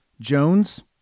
Jones